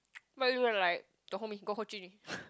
but you were like don't hold me go hold Jun-Yi